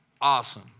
awesome